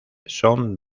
son